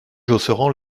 josserand